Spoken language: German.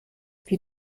wie